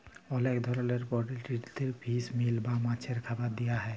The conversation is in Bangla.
অলেক ধরলের পলটিরিদের ফিস মিল বা মাছের খাবার দিয়া হ্যয়